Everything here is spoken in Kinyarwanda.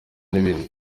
n’ibindi